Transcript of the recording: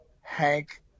Hank